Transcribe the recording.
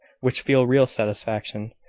which feel real satisfaction.